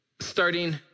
starting